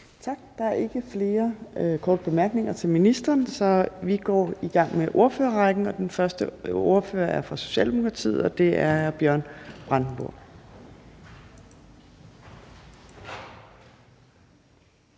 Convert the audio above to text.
Tak. Der er ikke flere korte bemærkninger til ministeren, så vi går i gang med ordførerrækken. Den første ordfører er fra Socialdemokratiet, og det er hr. Bjørn Brandenborg.